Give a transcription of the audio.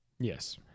Yes